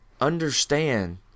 understand